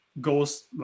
goes